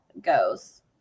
goes